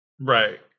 Right